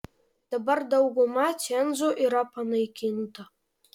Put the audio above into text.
dabar dauguma cenzų yra panaikinta